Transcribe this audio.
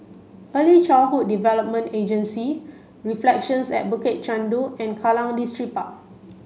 Early Childhood Development Agency Reflections at Bukit Chandu and Kallang Distripark